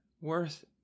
worth